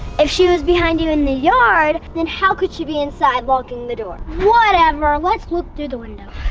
if she was behind you in the yard, then how could she be inside locking the door? whatever. let's look through the window